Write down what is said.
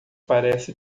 parece